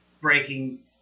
Breaking